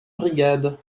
brigade